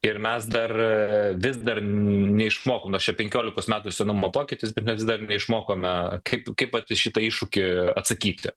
ir mes dar vis dar neišmokom nors čia penkiolikos metų senumo pokytis bet mes vis dar neišmokome kaip kaip vat į šitą iššūkį atsakyti